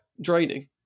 draining